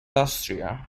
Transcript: austria